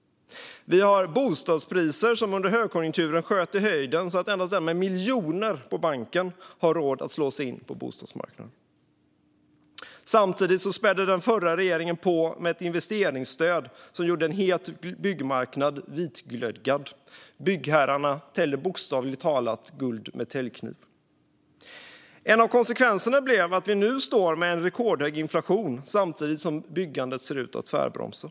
Vi har bostadspriser som under högkonjunkturen sköt i höjden så att endast den med miljoner på banken har råd att slå sig in på bostadsmarknaden. Samtidigt spädde den förra regeringen på med investeringsstöd som gjorde en het byggmarknad vitglödgad. Byggherrarna täljde bokstavligt talat guld med täljkniv. En av konsekvenserna blev att vi nu står med en rekordhög inflation samtidigt som byggandet ser ut att tvärbromsa.